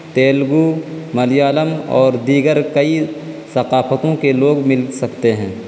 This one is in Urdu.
تیلگو ملیالم اور دیگر کئی ثقافتوں کے لوگ مل سکتے ہیں